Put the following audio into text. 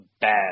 bad